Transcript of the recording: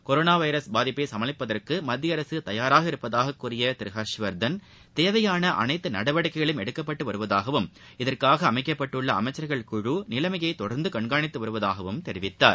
corona virus பாதிப்பை சமாளிப்பதற்கு மத்திய அரசு தயாராக இருப்பதாகக் கூறிய திரு ஹர்ஷ்வர்த்தன் தேவையான அனைத்து நடவடிக்கைகளும் எடுக்கப்பட்டு வருவதாகவும் இதற்காக அமைக்கப்பட்டுள்ள அமைச்சர்கள் குழு நிலைமையை தொடர்ந்து கண்காணித்து வருவதாகவும் தெரிவித்தார்